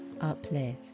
uplift